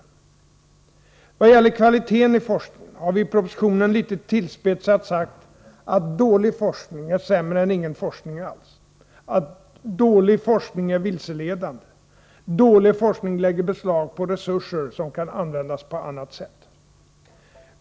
I vad gäller kvaliteten i forskningen har vi i propositionen litet tillspetsat sagt att o dålig forskning är sämre än ingen forskning alls, o dålig forskning är vilseledande, Oo dålig forskning lägger beslag på resurser som kan användas på annat sätt.